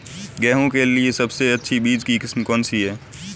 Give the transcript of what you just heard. गेहूँ के लिए सबसे अच्छी बीज की किस्म कौनसी है?